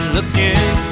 Looking